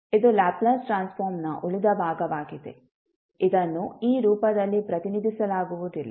ಇದು ಲ್ಯಾಪ್ಲೇಸ್ ಟ್ರಾನ್ಸ್ಫಾರ್ಮ್ನ ಉಳಿದ ಭಾಗವಾಗಿದೆ ಇದನ್ನು ಈ ರೂಪದಲ್ಲಿ ಪ್ರತಿನಿಧಿಸಲಾಗುವುದಿಲ್ಲ